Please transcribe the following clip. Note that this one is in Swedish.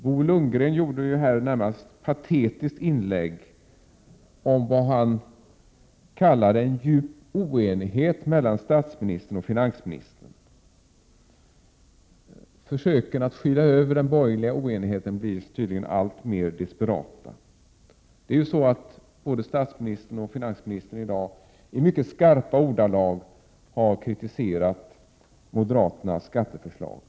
Bo Lundgren gjorde ett närmast patetiskt inlägg om vad han kallade en djup oenighet mellan statsministern och finansministern. Försöken att skyla över den borgerliga oenigheten blir tydligen alltmer desperata. Både statsministern och finansministern har i dag i mycket skarpa ordalag kritiserat moderaternas skatteförslag.